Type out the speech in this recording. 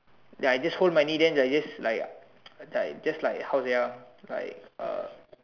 ya I just hold my knee then I just like just like how say ah like uh